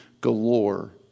galore